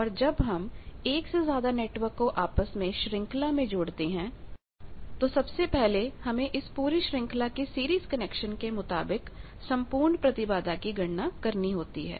और जब हम एक से ज्यादा नेटवर्क को आपस में एक श्रृंखला में जोड़ते हैं तो सबसे पहले हमें इस पूरी श्रृंखला की सीरीज कनेक्शन के मुताबिक संपूर्ण प्रतिबाधा की गणना करनी होती है